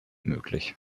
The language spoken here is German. möglich